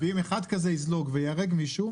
--- אם אחד כזה יזלוג וייהרג מישהו,